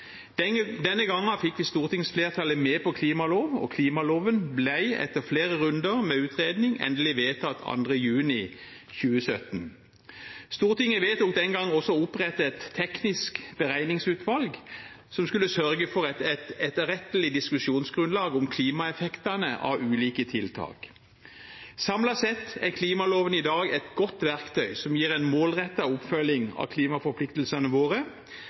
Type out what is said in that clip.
vi stortingsflertallet med på en klimalov, og klimaloven ble etter flere runder med utredning endelig vedtatt 2. juni 2017. Stortinget vedtok den gang også å opprette et teknisk beregningsutvalg som skulle sørge for et etterrettelig diskusjonsgrunnlag om klimaeffektene av ulike tiltak. Samlet sett er klimaloven i dag et godt verktøy som gir en målrettet oppfølging av klimaforpliktelsene våre.